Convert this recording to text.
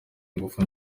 ingufu